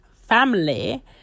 family